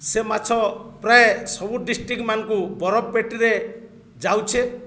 ସେ ମାଛ ପ୍ରାୟ ସବୁ ଡିଷ୍ଟ୍ରିକ୍ମାନ୍କୁ ବରଫ୍ ପେଟିରେ ଯାଉଛେ